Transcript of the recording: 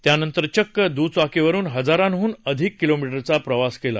त्यानंतर चक्क दुचाकीवरून हजारांडून अधिक किलोमीटरचा प्रवास केला